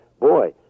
boy